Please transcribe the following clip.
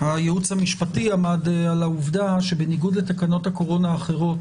הייעוץ המשפטי עמד על העובדה שבניגוד לתקנות הקורונה האחרות